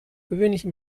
gewöhnliche